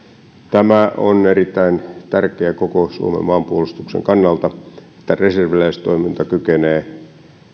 tämä on erittäin tärkeää koko suomen maanpuolustuksen kannalta että reserviläistoiminta kykenee